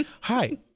Hi